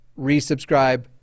resubscribe